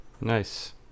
nice